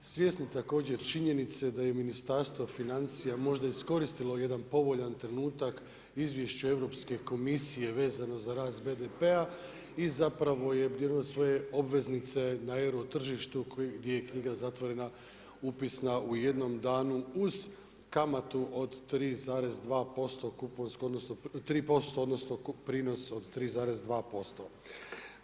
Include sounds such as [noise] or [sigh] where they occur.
Svjesni također činjenice da je Ministarstvo financija možda iskoristilo jedan povoljan trenutak, izvješća Europske komisije, vezano za rast BDP-a i zapravo je … [unintelligible] svoje obveznice na euro tržištu kojem je knjiga zatvorena, upisna u jednom danu, uz kamatu od 3,2%, odnosno, 3%, odnosno, prinos od 3,2%